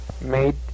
made